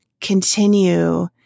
continue